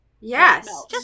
Yes